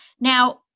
Now